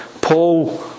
Paul